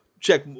Check